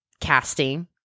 casting